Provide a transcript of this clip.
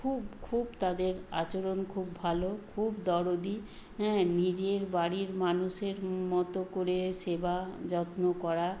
খুব খুব তাদের আচরণ খুব ভালো খুব দরদি হ্যাঁ নিজের বাড়ির মানুষের মতো করে সেবা যত্ন করা